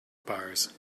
bars